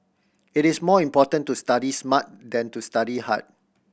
it is more important to study smart than to study hard